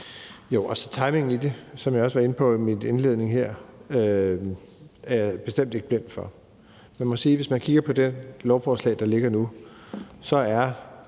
timingen i det, som jeg også var inde på i min indledning her, er jeg bestemt ikke blind for, men jeg må sige, at hvis man kigger på det lovforslag, der ligger nu, så er